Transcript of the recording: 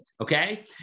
okay